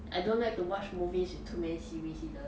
I don't like to watch movies with too many series either